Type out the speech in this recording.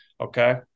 Okay